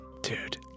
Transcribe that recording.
Dude